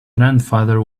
grandfather